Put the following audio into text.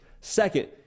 Second